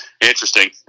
interesting